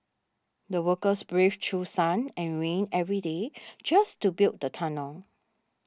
the workers braved through sun and rain every day just to build the tunnel